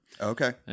Okay